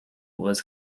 was